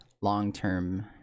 long-term